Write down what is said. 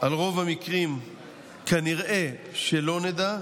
על רוב המקרים כנראה לא נדע.